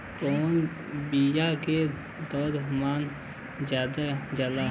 कवने बिया के दर मन ज्यादा जाला?